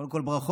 קודם כול ברכות.